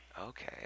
Okay